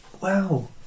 Wow